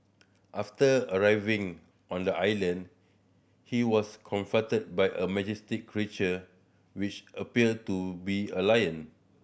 after arriving on the island he was confronted by a majestic creature which appeared to be a lion